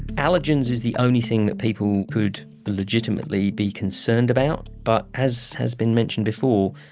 allergens is the only thing that people could legitimately be concerned about. but as has been mentioned before,